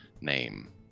name